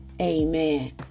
Amen